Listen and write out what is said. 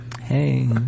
hey